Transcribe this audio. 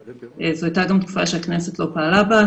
זו הייתה גם תקופה שבה הכנסת לא פעלה בה.